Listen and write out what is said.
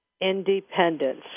Independence